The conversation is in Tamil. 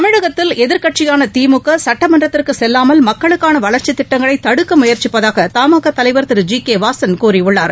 தமிழகத்தில் எதிர்கட்சியான திமுக சுட்டமன்றத்திற்கு செல்லாமல் மக்களுக்கான வளர்ச்சி திட்டங்களை தடுக்க முயற்சிப்பதாக த மா கா தலைவர் திரு ஜி கே வாசன் கூறியுள்ளார்